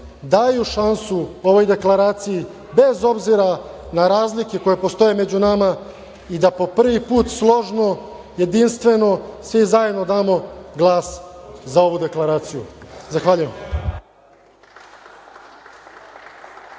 daju šansu ovoj deklaraciji bez obzira na razlike koje postoje među nama i da po prvi put složno, jedinstveno, svi zajedno damo glas za ovu deklaraciju. Zahvaljujem.